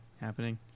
happening